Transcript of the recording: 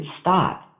stop